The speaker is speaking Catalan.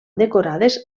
decorades